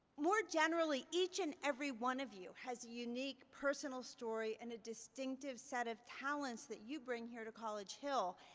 more generally, each and every one of you has an unique personal story and a distinctive set of talents that you bring here to college hill.